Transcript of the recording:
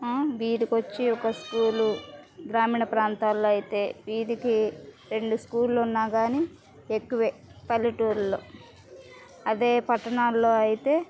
వీధికి వచ్చి ఒక స్కూలు గ్రామీణ ప్రాంతాల్లో అయితే వీధికి రెండు స్కూళ్ళు ఉన్నా కానీ ఎక్కువే పల్లెటూరిలల్లో అదే పట్టణాల్లో అయితే